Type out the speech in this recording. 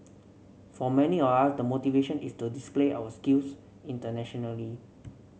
for many of us the motivation is to display our skills internationally